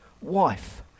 wife